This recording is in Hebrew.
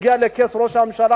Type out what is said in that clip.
הגיע לכס ראש הממשלה,